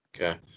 Okay